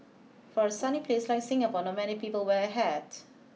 for a sunny place like Singapore not many people wear a hat